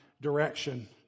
direction